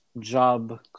job